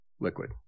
liquid